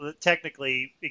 Technically